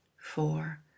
four